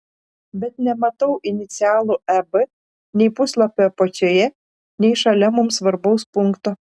bet nematau inicialų eb nei puslapio apačioje nei šalia mums svarbaus punkto